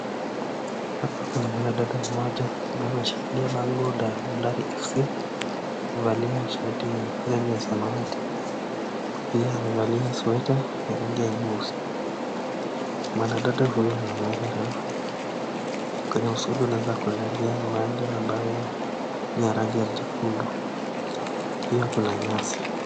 Hapa kuna mwanadada mmoja ambaye ameshikilia bango la Bandari FC. Amevalia shati ya rangi ya samawati, pia amevalia sweta ya rangi ya nyeusi. Mwanadada huyu anatabasamu. Kwenye usuli unaweza kuona uwanja ambao ni wa rangi nyekundu pia kuna nyasi.